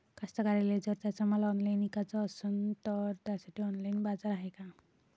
कास्तकाराइले जर त्यांचा माल ऑनलाइन इकाचा असन तर त्यासाठी ऑनलाइन बाजार हाय का?